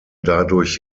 dadurch